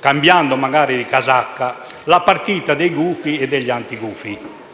magari cambiando casacca, la partita dei gufi e dei cosiddetti